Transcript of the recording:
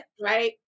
right